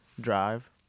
drive